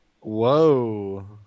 whoa